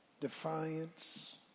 defiance